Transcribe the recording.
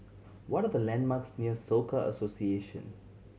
what are the landmarks near Soka Association